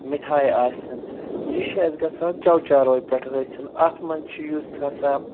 مِٹھایہِ آسَن یہِ چھُ اَسہِ گژھان چَو چاروٲے پٮ۪ٹھ حٲصِل اَتھ منٛز چھِ یُس ہَسا